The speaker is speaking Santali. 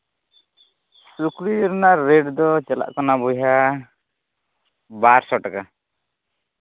ᱥᱩᱠᱨᱤ ᱡᱤᱞ ᱨᱮᱱᱟᱜ ᱨᱮᱹᱴ ᱫᱚ ᱪᱟᱞᱟᱜ ᱠᱟᱱᱟ ᱵᱚᱭᱦᱟ ᱵᱟᱨ ᱥᱚ ᱴᱟᱠᱟ